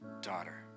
Daughter